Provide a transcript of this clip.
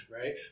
Right